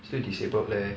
still disabled leh